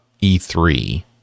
E3